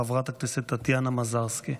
חברת הכנסת טטיאנה מזרסקי.